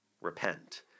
repent